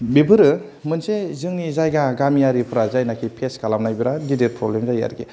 बेफोरो मोनसे जोंनि जायगा गामियारिफ्रा जायनाखि फेस खालामनाय बेराद गिदित फ्रब्लेम जायो आरोखि